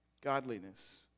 Godliness